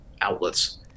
outlets